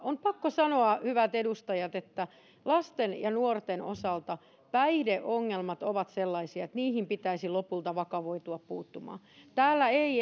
on pakko sanoa hyvät edustajat että lasten ja nuorten osalta päihdeongelmat ovat sellaisia että niihin pitäisi lopulta vakavoitua puuttumaan täällä